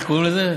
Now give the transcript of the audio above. איך קוראים לזה?